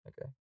Okay